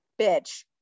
bitch